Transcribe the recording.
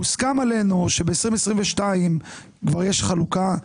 מוסכם עלינו שב-2022 יש כבר חלוקה.